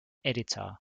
editor